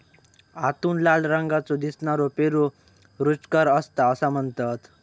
आतून लाल रंगाचो दिसनारो पेरू रुचकर असता असा म्हणतत